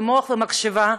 ומוח ומחשבה,